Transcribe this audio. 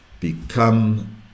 become